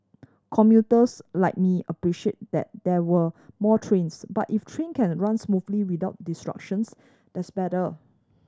commuters like me appreciate that there were more trains but if train can run smoothly without disruptions that's better